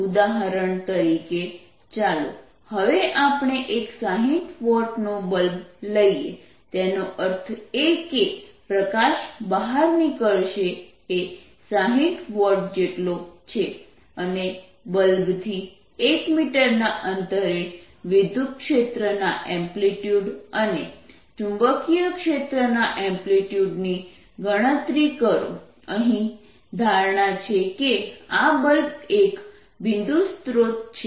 ઉદાહરણ તરીકે ચાલો હવે આપણે એક 60 વોટ નો બલ્બ લઈએ તેનો અર્થ એ કે પ્રકાશ બહાર નીકળશે એ 60 વોટ જેટલો છે અને બલ્બથી 1 મીટરના અંતરે વિદ્યુતક્ષેત્ર ના એમ્પ્લિટ્યૂડ અને ચુંબકીય ક્ષેત્ર ના એમ્પ્લિટ્યૂડની ગણતરી કરો અને અહીં ધારણા છે કે આ બલ્બ એક બિંદુ સ્ત્રોત છે